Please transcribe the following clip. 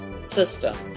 system